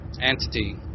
entity